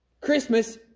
Christmas